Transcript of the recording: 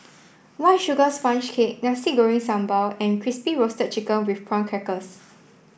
white sugar sponge cake Nasi Goreng Sambal and Crispy Roasted Chicken with Prawn Crackers